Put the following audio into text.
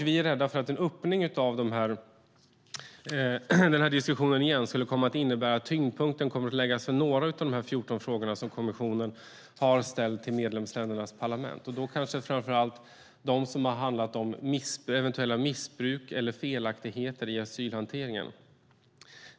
Vi är rädda för att en öppning av den här diskussionen igen skulle komma att innebära att tyngdpunkten kommer att läggas på några av de 14 frågor som har ställts till medlemsländernas parlament, kanske framför allt på de frågor som har handlat om eventuella missbruk eller felaktigheter i asylhanteringen.